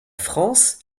france